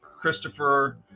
Christopher